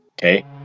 okay